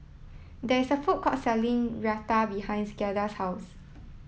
there is a food court selling Raita behind Giada's house